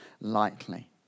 lightly